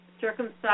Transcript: circumcised